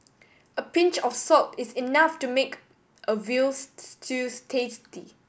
a pinch of salt is enough to make a veal stews tasty